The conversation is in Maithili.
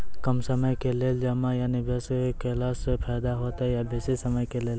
कम समय के लेल जमा या निवेश केलासॅ फायदा हेते या बेसी समय के लेल?